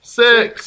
six